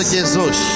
Jesus